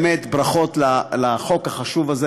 באמת ברכות על החוק החשוב הזה.